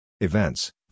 Events